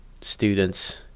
students